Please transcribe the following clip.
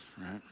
right